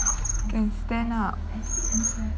can stand up